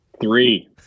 Three